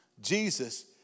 Jesus